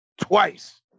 twice